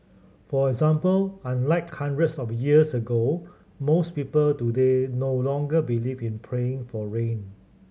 for example unlike hundreds of years ago most people today no longer believe in praying for rain